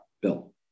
bill